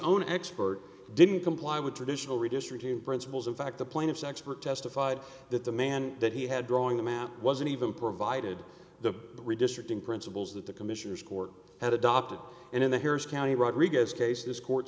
own expert didn't comply with traditional redistricting principles in fact the plaintiff's expert testified that the man that he had drawing the map wasn't even provided the redistricting principles that the commissioner's court had adopted and in the harris county rodriguez case this court